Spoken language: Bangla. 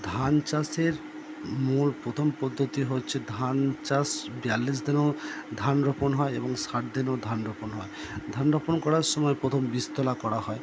ধান চাষের প্রথম পদ্ধতি হচ্ছে ধান চাষ বিয়াল্লিশ দিনেও ধান রোপণ হয় এবং ষাট দিনেও ধান রোপণ হয় ধান রোপণ করার সময় প্রথম বীজ তোলা করা হয়